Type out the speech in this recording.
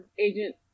agent